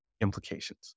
implications